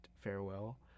farewell